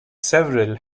several